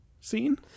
scene